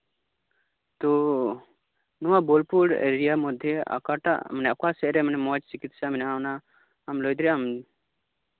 ᱛᱚ ᱱᱚᱣᱟ ᱵᱳᱞᱯᱩᱨ ᱮᱨᱤᱭᱟ ᱢᱚᱫᱽᱫᱷᱮ ᱨᱮ ᱚᱠᱟᱴᱟᱜ ᱢᱟᱱᱮ ᱚᱠᱟ ᱥᱮᱡ ᱨᱮ ᱢᱚᱡ ᱪᱤᱠᱤᱛᱥᱟ ᱢᱮᱱᱟᱜᱼᱟ ᱚᱱᱟ ᱟᱢ ᱞᱟᱹᱭ ᱫᱟᱲᱮᱭᱟᱜᱼᱟᱢ